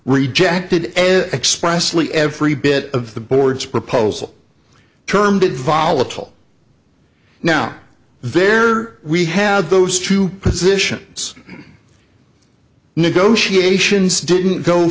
expressly every bit of the board's proposal termed it volatile now there we have those two positions negotiations didn't go